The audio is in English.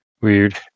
Weird